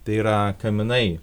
tai yra kaminai